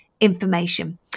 information